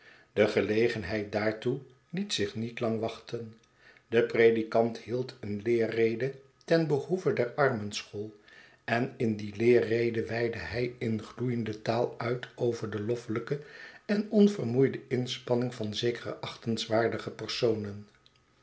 de gelegenheid daartoe liet zich niet lang wachten de predikant hield een leerrede ten behoeve der armenschool en in die leerrede weidde hij in gloeiende taal uit over de loffelijke en onvermoeide inspanning van zekere achtenswaardige personen